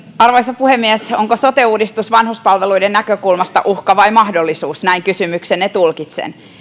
arvoisa puhemies onko sote uudistus vanhuspalveluiden näkökulmasta uhka vai mahdollisuus näin kysymyksenne tulkitsen